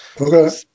Okay